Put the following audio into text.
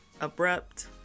abrupt